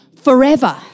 Forever